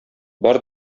бар